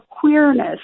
queerness